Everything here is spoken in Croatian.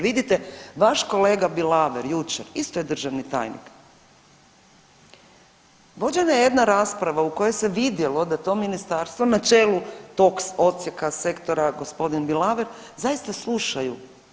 Vidite, vaš kolega Bilaver, jučer, isto je državni tajnik, vođena je jedna rasprava u kojoj se vidjelo da to Ministarstvo na čelu tog odsjeka, sektora, g. Bilaver, zaista slušaju.